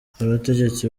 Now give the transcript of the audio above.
abategetsi